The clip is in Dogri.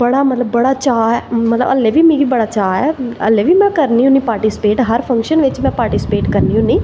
बड़ा मतलव चाऽ ऐ अजें बी मिगी बड़ा चाऽ ऐ अजें बी में करनी होनी पार्टिसिपेट हर फंक्शन च पा्टरटिसिपेश में पार्टिसिपेट करनी होनी